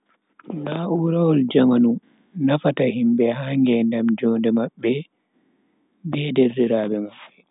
Na'urawol jamanu nafata himbe ha ngedam jonde mabbe be derdraabe mabbe.